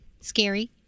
Scary